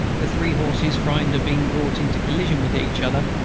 the three horses, frightened at being brought into collision with each other,